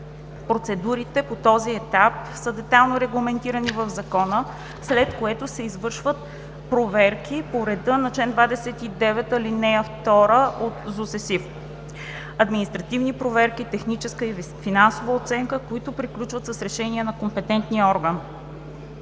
Процедурите по този етап са детайлно регламентирани в Закона, след което се извършват проверки по реда на чл. 29, ал. 2 от ЗУСЕСИФ – административни проверки, техническа и финансова оценка, които приключват с решение на компетентния орган.